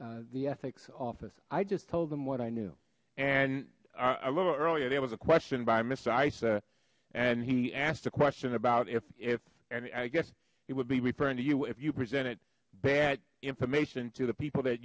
by the ethics office i just told them what i knew and a little earlier there was a question by miss i sir and he asked a question about if any i guess it would be referring to you if you presented bad information to the people that